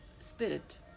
spirit